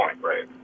right